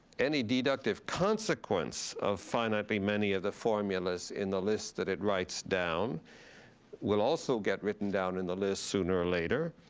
any deductive consequence of finite be many of the formulas in the list that it writes down will also get written down in the list sooner or later,